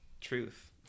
Truth